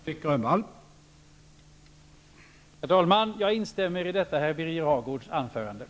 Herr talman! Jag instämmer i detta herr Birger